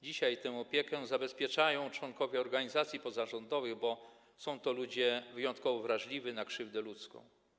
Dzisiaj tę opiekę zabezpieczają członkowie organizacji pozarządowych, bo są to ludzie wyjątkowo wrażliwi na krzywdę ludzką.